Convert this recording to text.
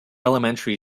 elementary